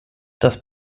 das